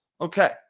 Okay